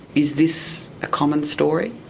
is this a common story?